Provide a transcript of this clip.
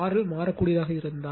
L மாறக்கூடியதாக இருந்தால்